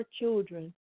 children